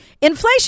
inflation